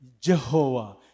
Jehovah